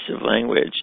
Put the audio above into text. language